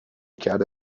کرده